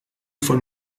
von